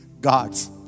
God's